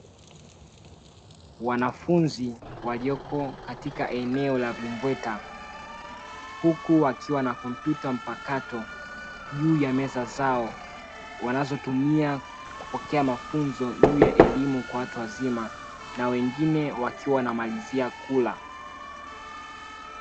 Wanafunzi walioko katika eneo la vimbweta huku wakiwa na kompyuta mpakato juu ya meza zao wanazotumia kupokea mafunzo juu ya elimu kwa watu wazima na wengine wakiwa wanamalizia kula.